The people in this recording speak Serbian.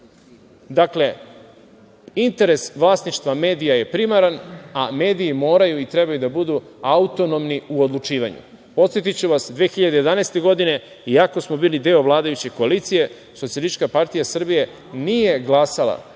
Dakle, interes vlasništva medija je primaran, a mediji moraju i trebaju da budu autonomni u odlučivanju. Podsetiću vas, 2011. godine, iako smo bili deo vladajuće koalicije, SPS nije glasala